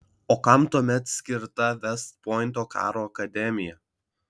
o kam tuomet skirta vest pointo karo akademija